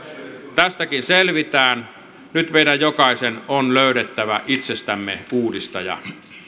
tästäkin selvitään nyt meidän jokaisen on löydettävä itsestämme uudistaja